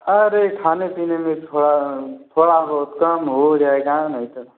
अरे खाने पीने में थोड़ा थोड़ा बहुत कम हो जाएगा नहीं तो